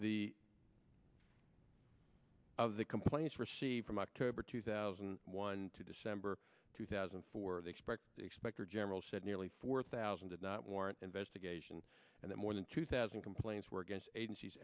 the of the complaints received from october two thousand and one to december two thousand and four they expect they expect or general said nearly four thousand did not warrant investigation and that more than two thousand complaints were against agencies